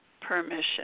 permission